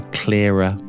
clearer